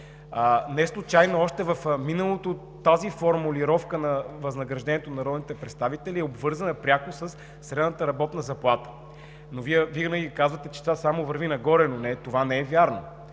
Неслучайно още в миналото тази формулировка на възнаграждението на народните представители е обвързана пряко със средната работна заплата. Вие винаги казвате, че върви само нагоре, но не е вярно.